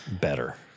better